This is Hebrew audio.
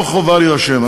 לא חובה להירשם.